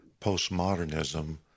postmodernism